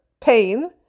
pain